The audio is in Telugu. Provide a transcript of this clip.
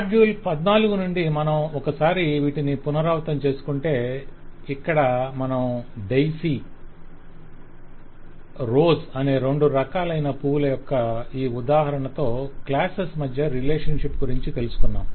మాడ్యూల్ 14 నుండి మనం ఒకసారి వీటిని పునరావృతం చేసుకుంటే ఇక్కడ మనం డైసీ రోజ్ అనే రెండు రకాలైన పువ్వుల యొక్క ఈ ఉదాహరణతో క్లాసెస్ మధ్య రిలేషన్షిప్ గురించి తెలుసుకొన్నాము